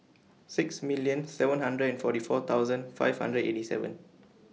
six million seven hundred and forty four thousand five hundred eighty seven